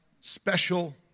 special